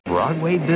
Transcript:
Broadway